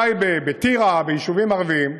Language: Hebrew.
בטייבה, בטירה, ביישובים הערביים.